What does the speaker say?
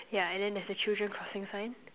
yeah and then there's the children crossing sign